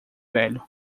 velho